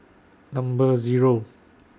Number Zero